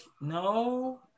no